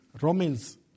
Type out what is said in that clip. Romans